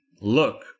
look